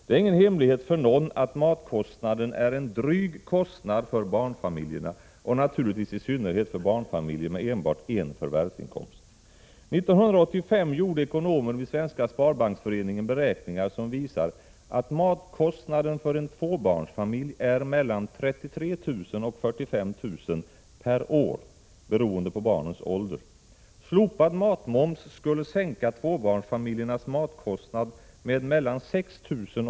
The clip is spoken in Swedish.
Det är ingen hemlighet för någon att matkostnaden är en dryg kostnad för barnfamiljerna, naturligtvis i synnerhet för barnfamiljer med bara en förvärvsinkomst. 1985 gjorde ekonomer vid Svenska sparbanksföreningen beräkningar som visar att matkostnaden för en tvåbarnsfamilj är mellan 33 000 kr. och 45 000 kr. per år, beroende på barnens ålder. Slopad matmoms skulle sänka tvåbarnsfamiljernas matkostnad med mellan 6 000 kr.